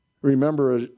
Remember